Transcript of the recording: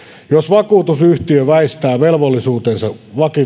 jos vakuutusyhtiö väistää velvollisuutensa